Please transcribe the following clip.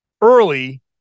early